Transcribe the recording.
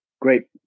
great